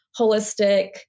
holistic